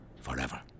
Forever